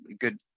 good